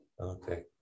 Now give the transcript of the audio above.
Okay